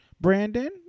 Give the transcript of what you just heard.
Brandon